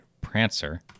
Prancer